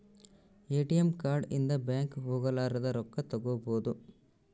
ATM card ಇಂದ bank ಹೋಗಲಾರದ ರೊಕ್ಕ ತಕ್ಕ್ಕೊಬೊದು